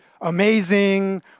amazing